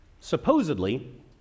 supposedly